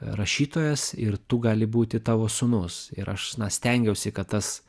rašytojas ir tu gali būti tavo sūnus ir aš na stengiausi kad tas